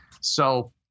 So-